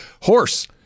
Horse